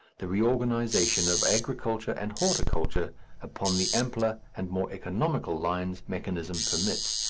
the reorganization of agriculture and horticulture upon the ampler and more economical lines mechanism permits,